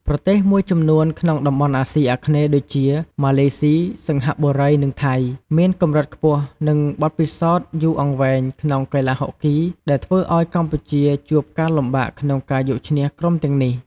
ប្រទេសមួយចំនួនក្នុងតំបន់អាស៊ីអាគ្នេយ៍ដូចជា ម៉ាឡេស៊ី សិង្ហបុរី និងថៃ មានកម្រិតខ្ពស់ និងបទពិសោធន៍យូរអង្វែងក្នុងកីឡាហុកគី ដែលធ្វើឲ្យកម្ពុជាជួបការលំបាកក្នុងការយកឈ្នះក្រុមទាំងនេះ។